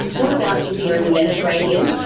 what about india and the mediterranean?